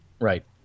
Right